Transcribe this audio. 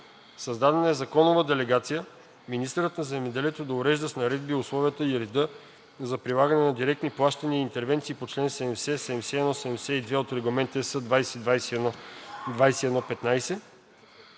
Създадена е законова делегация министърът на земеделието да урежда с наредби условията и реда за прилагане на директни плащания и интервенциите по чл. 70, 71 и 72 от Регламент (ЕС) 2021/2115,